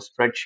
spreadsheet